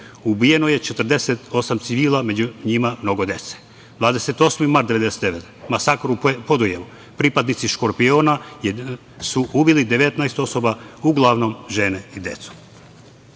ubijeno je 48 civila, među njima mnogo dece; 28. mart 1999. godine – masakr u Podujevu, pripadnici „Škorpiona“ su ubili 19 osoba, uglavnom žene i decu;